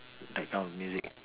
that kind of music